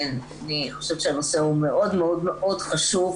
אני חושבת שהנושא מאוד מאוד חשוב.